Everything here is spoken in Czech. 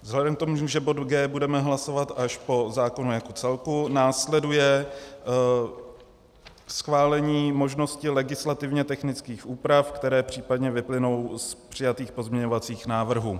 Vzhledem k tomu, že bod G budeme hlasovat až po zákonu jako celku, následuje schválení možnosti legislativně technických úprav, které případně vyplynou z přijatých pozměňovacích návrhů.